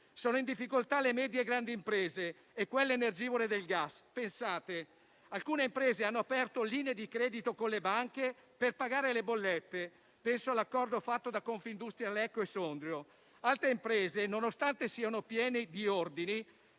Sono in difficoltà le medie e grandi imprese e quelle energivore del gas. Alcune imprese hanno aperto linee di credito con le banche per pagare le bollette. Penso all'accordo fatto da Confindustria Lecco-Sondrio. Altre imprese, nonostante siano pieni di ordini,